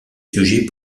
sujets